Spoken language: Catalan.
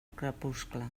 crepuscle